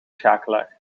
schakelaar